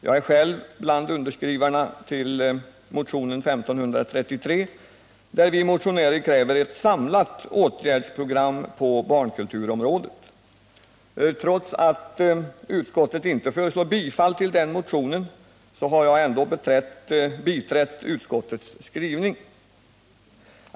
Jag är själv bland underskrivarna av motionen 1533, i vilken vi kräver ett samlat åtgärdsprogram på barnkulturområdet. Trots att utskottet inte föreslår bifall till den motionen har jag ändå biträtt utskottets skrivning.